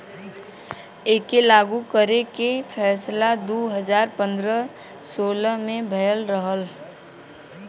एके लागू करे के फैसला दू हज़ार पन्द्रह सोलह मे भयल रहल